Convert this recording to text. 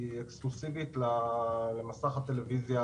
היא אקסקלוסיבית למסך הטלוויזיה